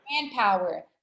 manpower